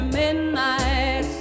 midnight